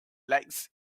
lights